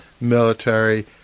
military